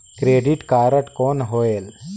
Credit card कौन होएल?